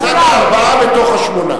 אנחנו קבוצת השמונה.